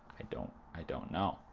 i don't. i don't know.